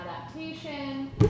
adaptation